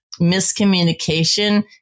miscommunication